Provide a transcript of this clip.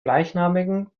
gleichnamigen